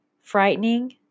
frightening